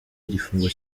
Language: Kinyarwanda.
igifungo